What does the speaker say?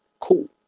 cool